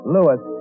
Lewis